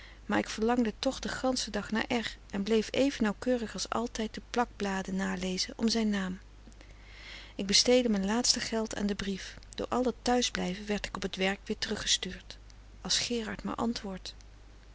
maar ik verlang toch den ganschen dag naar r en bleef even nauwkeurig als altijd de plakbladen nalezen om zijn naam ik besteedde mijn laatste geld aan den brief door al dat thuisblijven werd ik op t werk weer teruggestuurd als gerard maar antwoordt